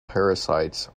parasites